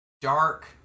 dark